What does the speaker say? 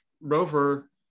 Rover